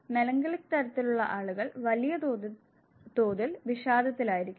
melancholic തരത്തിലുള്ള ആളുകൾ വലിയ തോതിൽ വിഷാദത്തിലായിരിക്കും